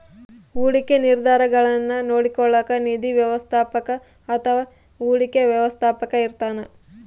ಹೂಡಿಕೆ ನಿರ್ಧಾರಗುಳ್ನ ನೋಡ್ಕೋಳೋಕ್ಕ ನಿಧಿ ವ್ಯವಸ್ಥಾಪಕ ಅಥವಾ ಹೂಡಿಕೆ ವ್ಯವಸ್ಥಾಪಕ ಇರ್ತಾನ